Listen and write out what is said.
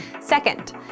Second